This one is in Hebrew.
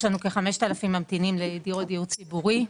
יש לנו כ-5,000 ממתינים לדיורי דיור ציבורי,